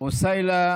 אוסילה